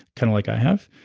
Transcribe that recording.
kind of like i have,